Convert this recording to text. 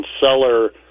seller